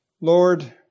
Lord